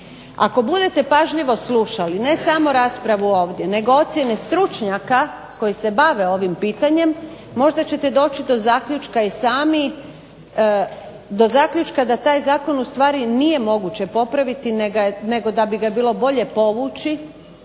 Ako budete pažljivo slušali ne samo raspravu ovdje nego ocjene stručnjaka koji se bave ovim pitanjem možda ćete doći do zaključka i sami, do zaključka da taj zakon ustvari nije moguće popraviti nego da bi ga bilo bolje povući